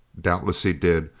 doubtless he did,